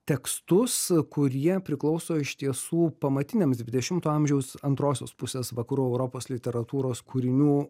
tekstus kurie priklauso iš tiesų pamatiniams dvidešimto amžiaus antrosios pusės vakarų europos literatūros kūrinių